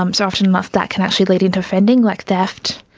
um so often ah that can actually lead into offending, like theft.